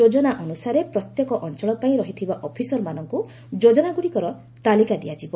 ଯୋଜନା ଅନୁସାରେ ପ୍ରତ୍ୟେକ ଅଞ୍ଚଳ ପାଇଁ ରହିଥିବା ଅଫିସରମାନଙ୍କୁ ଯୋଜନାଗୁଡ଼ିକର ତାଲିକା ଦିଆଯିବ